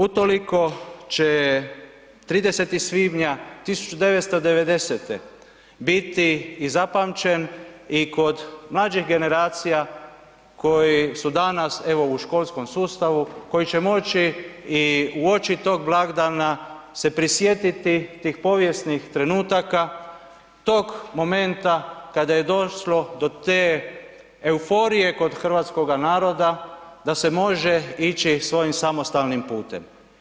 Utoliko će 30. svibnja 1990. biti i zapamćen i kod mlađih generacija koji su danas evo u školskom sustavu koji će moći i uoči to blagdana se prisjetiti tih povijesnih trenutaka tog momenta kada je došlo do te euforije kod hrvatskoga naroda da se može ići svojim samostalnim putem.